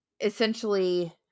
essentially –